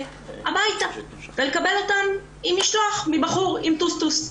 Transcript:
הביתה ולקבל אותם עם משלוח מבחור עם טוסטוס.